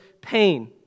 pain